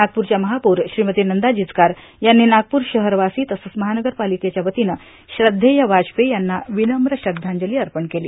नागपूरच्या महापौर श्रीमती नंदा जिचकार यांनी नागपूर शहरवासी तसंच महानगरपालिकेच्या वतीनं श्रध्देय वाजपेयी यांना विनम्र श्रध्दांजली अर्पण केली